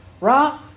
right